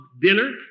dinner